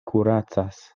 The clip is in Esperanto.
kuracas